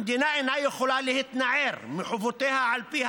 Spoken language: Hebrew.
המדינה אינה יכולה להתנער מחובותיה על פי